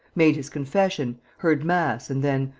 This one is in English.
made his confession, heard mass and then,